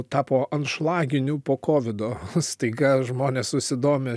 tapo anšlaginiu po kovido staiga žmonės susidomi